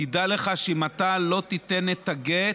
תדע לך שאם אתה לא תיתן את הגט,